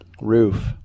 roof